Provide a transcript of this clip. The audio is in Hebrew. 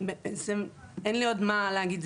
בעצם אין לי עוד מה להגיד,